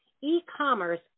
e-commerce